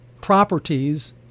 properties